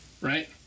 right